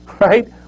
right